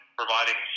providing